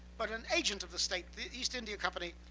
but an agent of the state, the east india company,